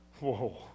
Whoa